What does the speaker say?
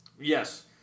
Yes